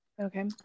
Okay